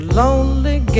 lonely